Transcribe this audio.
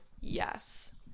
Yes